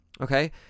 okay